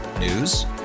News